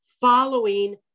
following